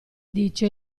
dice